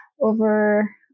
over